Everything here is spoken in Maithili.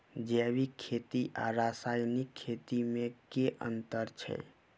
जैविक खेती आ रासायनिक खेती मे केँ अंतर छै?